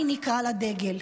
אני נקרא לדגל.